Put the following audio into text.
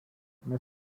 مثل